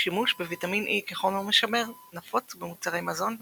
השימוש בוויטמין E כחומר משמר נפוץ במוצרי מזון וקוסמטיקה.